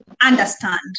understand